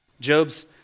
Job's